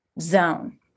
zone